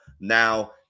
Now